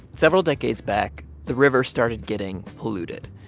several decades back, the river started getting polluted.